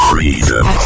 Freedom